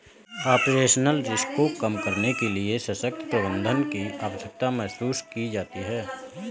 operational risk को कम करने के लिए सशक्त प्रबंधन की आवश्यकता महसूस की जाती है